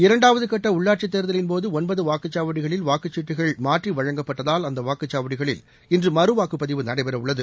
இரணடாவது கட்ட உள்ளாட்சித் தேர்தலின் போது ஒன்பது வாக்குச்சாவடிகளில் வாக்குச்சீட்டுகள் மாற்றி வழங்கப்பட்டதால் அந்த வாக்குச்சாவடிகளில் இன்று மறுவாக்குப்பதிவு நடைபெற உள்ளது